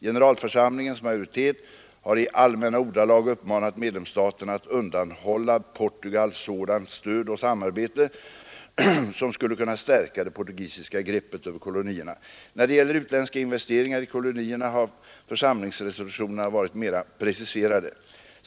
Generalförsamlingens majoritet har i allmänna ordalag uppmanat medlemsstaterna att undanhålla Portugal sådant stöd och samarbete som skulle kunna stärka det portugisiska greppet över kolonierna. När det gäller utländska investeringar i kolonierna har församlingsresolutionerna varit mera preciserade.